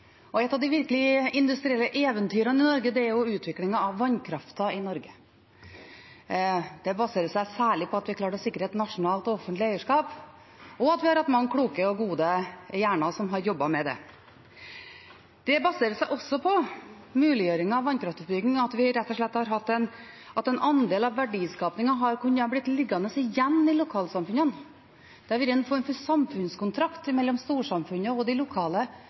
industri. Et av de virkelige industrielle eventyrene i Norge er jo utviklingen av vannkraften. Det baserer seg særlig på at vi klarte å sikre et nasjonalt, offentlig eierskap, og at vi har hatt mange kloke og gode hjerner som har jobbet med det. Det baserer seg også på muliggjøringen av vannkraftutbyggingen rett og slett fordi en andel av verdiskapingen har kunnet bli liggende igjen i lokalsamfunnene. Det har vært en form for samfunnskontrakt mellom storsamfunnet og de lokale,